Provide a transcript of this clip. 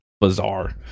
bizarre